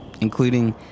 Including